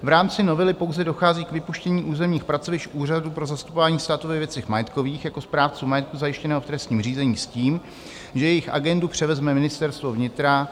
V rámci novely pouze dochází k vypuštění územních pracovišť Úřadu pro zastupování státu ve věcech majetkových jako správců majetku zajištěného v trestním řízení s tím, že jejich agendu převezme Ministerstvo vnitra.